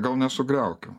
gal nesugriaukim